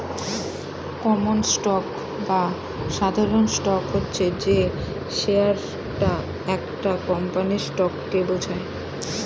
common stock বা সাধারণ stock হচ্ছে যে শেয়ারটা একটা কোম্পানির স্টককে বোঝায়